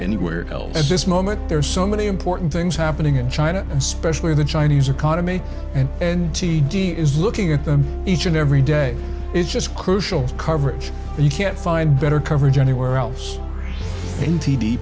anywhere else at this moment there are so many important things happening in china especially the chinese economy and and t d is looking at them each and every day it's just crucial coverage and you can't find better coverage anywhere else in t